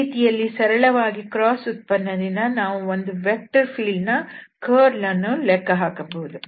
ಈ ರೀತಿಯಲ್ಲಿ ಸರಳವಾಗಿ ಕ್ರಾಸ್ ಉತ್ಪನ್ನ ದಿಂದ ನಾವು ಒಂದು ವೆಕ್ಟರ್ ಫೀಲ್ಡ್ ಯ ಕರ್ಲ್ ಅನ್ನು ಲೆಕ್ಕಹಾಕಬಹುದು